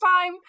time